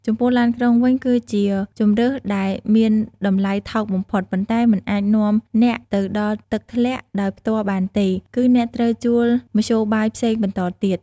ចំពោះឡានក្រុងវិញ គឺជាជម្រើសដែលមានតម្លៃថោកបំផុត ប៉ុន្តែមិនអាចនាំអ្នកទៅដល់ទឹកធ្លាក់ដោយផ្ទាល់បានទេ គឺអ្នកត្រូវជួលមធ្យោបាយផ្សេងបន្តទៀត។